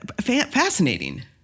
Fascinating